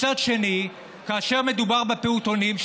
כאשר מדובר בפעוטונים,